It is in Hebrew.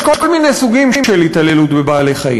יש כל מיני סוגים של התעללות בבעלי-חיים.